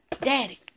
daddy